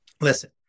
listen